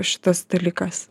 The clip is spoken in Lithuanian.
šitas dalykas